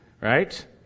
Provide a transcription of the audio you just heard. Right